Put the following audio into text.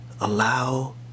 allow